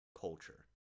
culture